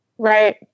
Right